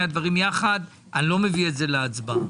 הדברים יחד - אני לא מביא את זה להצבעה.